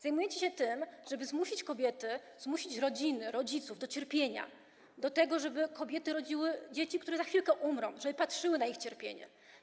Zajmujecie się tym, żeby zmusić kobiety, zmusić rodziny, rodziców do cierpienia, do tego, żeby kobiety rodziły dzieci, które za chwilę umrą, żeby patrzyły na ich cierpienie.